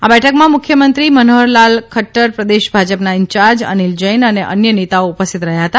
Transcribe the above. આ બેઠકમાં મુખ્યમંત્રી મનોહરલાલ ખદૃર પ્રદેશ ભાજપના ઇન્યાર્જ નિલ જૈન ને ન્ય નેતાઓ ઉપસ્થિત રહ્યા હતા